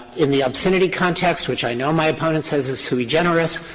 in the obscenity context, which i know my opponent says is sui generis,